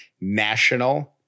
National